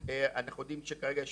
אנחנו יודעים שכרגע יש